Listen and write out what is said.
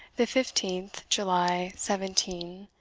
the fifteenth july seventeen,